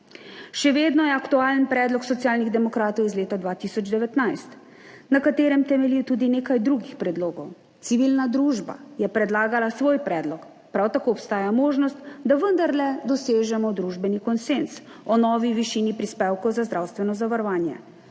Še vedno je aktualen predlog Socialnih demokratov iz leta 2019, na katerem temelji tudi nekaj drugih predlogov. Civilna družba je predlagala svoj predlog, prav tako obstaja možnost, da vendarle dosežemo družbeni konsenz o novi višini prispevkov za zdravstveno zavarovanje,